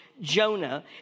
Jonah